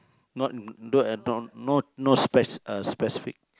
not don't eh don't no no spec~ no uh specific